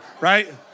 right